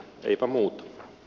eipä muuta